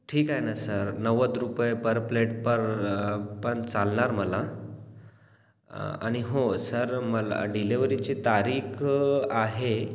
ठीक आहे ना सर नव्वद रुपये पर प्लेट पर पण चालणार मला आणि हो सर मला डिलीव्हरीची तारीख आहे